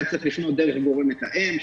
היה צריך לפנות דרך גורם מתאם,